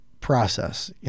process